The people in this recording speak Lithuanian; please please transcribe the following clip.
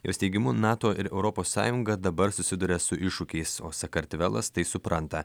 jos teigimu nato ir europos sąjunga dabar susiduria su iššūkiais o sakartvelas tai supranta